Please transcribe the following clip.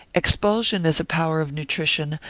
expulsion is a power of nutrition,